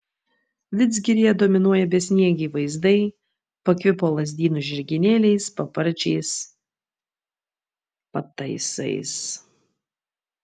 vidzgiryje dominuoja besniegiai vaizdai pakvipo lazdynų žirginėliais paparčiais pataisais